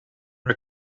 are